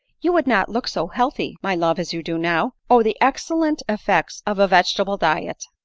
you would not look so healthy, my love, as you do now o the excellent effects of a vege table diet!